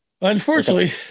Unfortunately